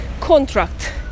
contract